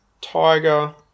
Tiger